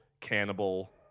cannibal